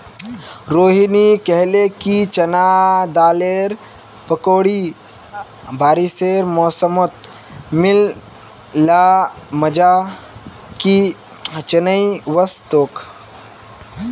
रोहिनी कहले कि चना दालेर पकौड़ी बारिशेर मौसमत मिल ल मजा कि चनई वस तोक